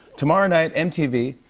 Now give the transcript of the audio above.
tomorrow night, mtv,